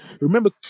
remember